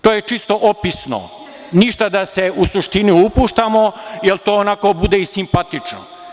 To je čisto opisno, ništa da se u suštini upuštamo, jer to onako bude i simpatično.